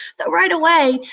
so right away,